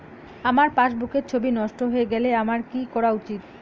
আমার পাসবুকের ছবি নষ্ট হয়ে গেলে আমার কী করা উচিৎ?